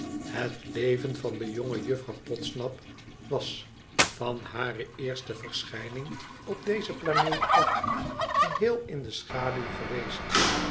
het leven van de jonge juffrouw podsnap was van hare eerste verschijning op deze planeet af geheel in de schaduw geweest